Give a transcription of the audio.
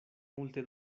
multe